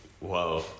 Whoa